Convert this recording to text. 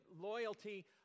loyalty